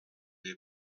les